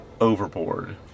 overboard